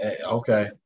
Okay